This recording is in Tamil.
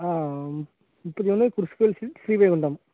முப்பத்து ஒன்று குரூஸ் கோவில் ஸ்ரிட் ஸ்ரீவைகுண்டம்